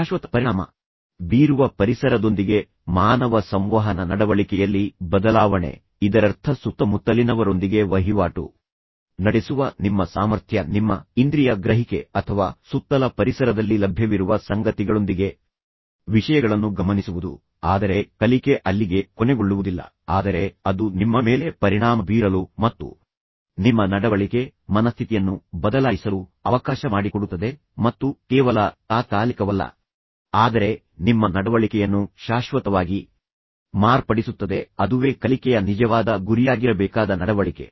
ಶಾಶ್ವತ ಪರಿಣಾಮ ಬೀರುವ ಪರಿಸರದೊಂದಿಗೆ ಮಾನವ ಸಂವಹನ ನಡವಳಿಕೆಯಲ್ಲಿ ಬದಲಾವಣೆ ಇದರರ್ಥ ಸುತ್ತಮುತ್ತಲಿನವರೊಂದಿಗೆ ವಹಿವಾಟು ನಡೆಸುವ ನಿಮ್ಮ ಸಾಮರ್ಥ್ಯ ನಿಮ್ಮ ಇಂದ್ರಿಯ ಗ್ರಹಿಕೆ ಅಥವಾ ಸುತ್ತಲ ಪರಿಸರದಲ್ಲಿ ಲಭ್ಯವಿರುವ ಸಂಗತಿಗಳೊಂದಿಗೆ ವಿಷಯಗಳನ್ನು ಗಮನಿಸುವುದು ಆದರೆ ಕಲಿಕೆ ಅಲ್ಲಿಗೆ ಕೊನೆಗೊಳ್ಳುವುದಿಲ್ಲ ಆದರೆ ಅದು ನಿಮ್ಮ ಮೇಲೆ ಪರಿಣಾಮ ಬೀರಲು ಮತ್ತು ನಿಮ್ಮ ನಡವಳಿಕೆ ಮನಸ್ಥಿತಿಯನ್ನು ಬದಲಾಯಿಸಲು ಅವಕಾಶ ಮಾಡಿಕೊಡುತ್ತದೆ ಮತ್ತು ಕೇವಲ ತಾತ್ಕಾಲಿಕವಲ್ಲ ಆದರೆ ನಿಮ್ಮ ನಡವಳಿಕೆಯನ್ನು ಶಾಶ್ವತವಾಗಿ ಮಾರ್ಪಡಿಸುತ್ತದೆ ಅದುವೇ ಕಲಿಕೆಯ ನಿಜವಾದ ಗುರಿಯಾಗಿರಬೇಕಾದ ನಡವಳಿಕೆ